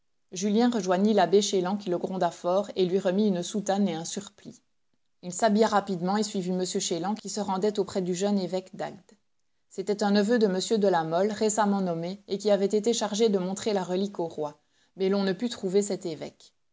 julien rejoignit l'abbé chélan qui le gronda fort et lui remit une soutane et un surplis il s'habilla rapidement et suivit m chélan qui se rendait auprès du jeune évoque d'agde c'était un neveu de m de la mole récemment nommé et qui avait été chargé de montrer la relique au roi mais l'on ne put trouver cet évêque